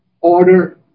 order